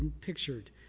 pictured